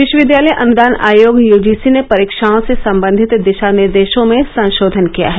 विश्वविद्यालय अनुदान आयोग यूजीसी ने परीक्षाओं से संबंधित दिशा निर्देशों में संशोधन किया है